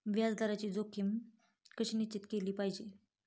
व्याज दराची जोखीम कशी निश्चित केली पाहिजे